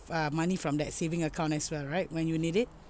uh money from that saving account as well right when you need it